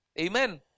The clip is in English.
Amen